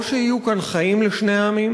או שיהיו כאן חיים לשני העמים,